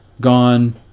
gone